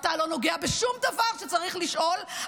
אתה לא נוגע בשום דבר שצריך לשאול,